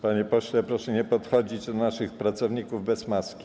Panie pośle, proszę nie podchodzić do naszych pracowników bez maski.